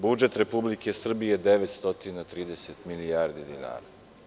Budžet Republike Srbije je 930 milijardi dinara.